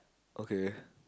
okay